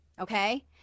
okay